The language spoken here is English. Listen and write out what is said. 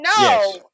no